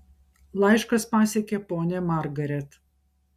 laiškas pasiekė ponią margaret